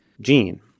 gene